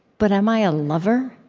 but am i a lover?